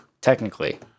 Technically